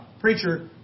preacher